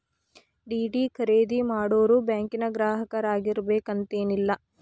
DD ಖರೇದಿ ಮಾಡೋರು ಬ್ಯಾಂಕಿನ್ ಗ್ರಾಹಕರಾಗಿರ್ಬೇಕು ಅಂತೇನಿಲ್ಲ